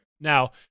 Now